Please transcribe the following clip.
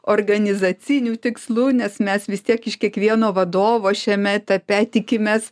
organizacinių tikslų nes mes vis tiek iš kiekvieno vadovo šiame etape tikimės